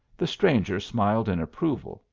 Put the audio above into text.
the stranger smiled in approval,